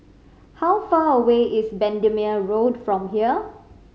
how far away is Bendemeer Road from here